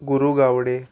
Guru Gawade